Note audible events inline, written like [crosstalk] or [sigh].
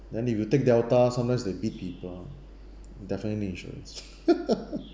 then if you take delta sometimes they'll beat people [one] you definitely need insurance [noise]